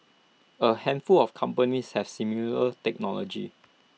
A handful of companies have similar technology